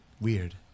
Weird